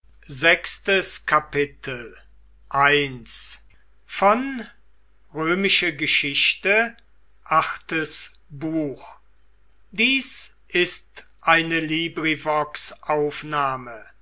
sind ist eine